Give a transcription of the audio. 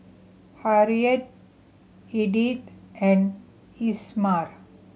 Harriett Edyth and Isamar